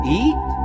eat